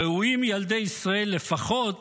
ראויים ילדי ישראל לפחות